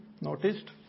noticed